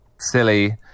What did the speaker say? silly